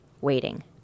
waiting